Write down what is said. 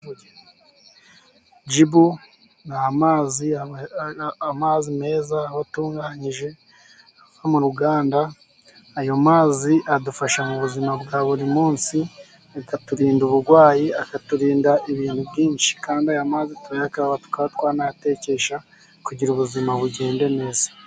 Jibu ni amazi, amazi meza atunganyije ava mu ruganda, ayo mazi adufasha mu buzima bwa buri munsi, bikaturinda ubugwayi, akaturinda ibintu byinshi kandi ayo amazi tukaba twanayatekesha kugirango ubuzima bugende neza.